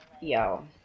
Yo